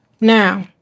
Now